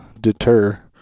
deter